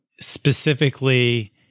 specifically